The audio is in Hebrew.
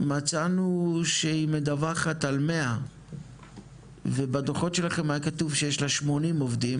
מצאנו שהיא מדווחת על 100 ובדו"חות שלכם היה כתוב שיש לה 80 עובדים